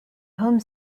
home